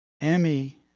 Emmy